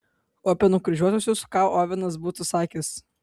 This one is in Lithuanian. o apie nukryžiuotuosius ką ovenas būtų sakęs